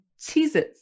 cheeses